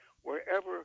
Wherever